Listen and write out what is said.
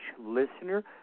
listener